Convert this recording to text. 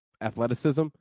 athleticism